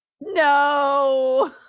No